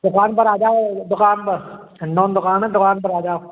दुकान पर आ जाओ दुकान पर अननोन दुकान है दुकान पर आ जाओ